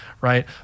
right